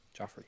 Joffrey